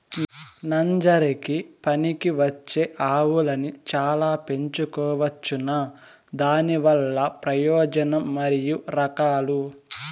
నంజరకి పనికివచ్చే ఆవులని చానా పెంచుకోవచ్చునా? దానివల్ల ప్రయోజనం మరియు రకాలు?